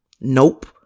Nope